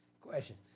question